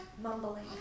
mumbling